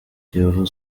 kiyovu